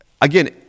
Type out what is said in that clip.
again